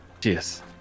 Cheers